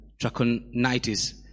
Trachonitis